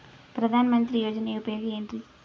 ಪ್ರಧಾನಮಂತ್ರಿ ಯೋಜನೆ ಉಪಯೋಗ ಏನ್ರೀ?